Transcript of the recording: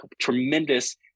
tremendous